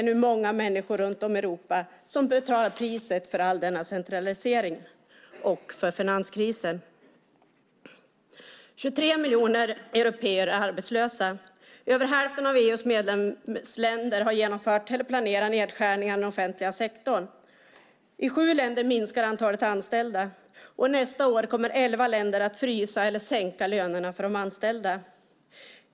Många människor runt om i Europa betalar nu priset för all centralisering och för finanskrisen. 23 miljoner européer är arbetslösa. Över hälften av EU:s medlemsländer har genomfört eller planerar nedskärningar i den offentliga sektorn. I sju länder minskar antalet anställda. Nästa år kommer elva länder att frysa eller sänka lönerna för de anställda.